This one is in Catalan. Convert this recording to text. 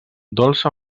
dolça